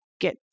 get